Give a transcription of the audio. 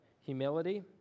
humility